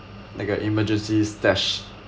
like uh emergency stash